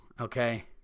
okay